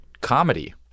comedy